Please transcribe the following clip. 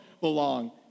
belong